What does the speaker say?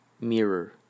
mirror